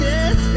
Yes